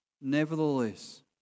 Nevertheless